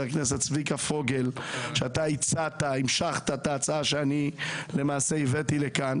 הכנסת צביקה פוגל שהמשכת את ההצעה שהבאתי לכן,